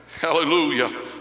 hallelujah